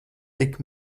tik